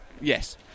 Yes